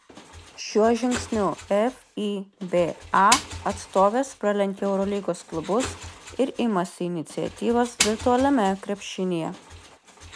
šiuo žingsniu fiba atstovės pralenkia eurolygos klubus ir imasi iniciatyvos virtualiame krepšinyje